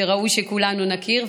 שראוי שכולנו נכיר,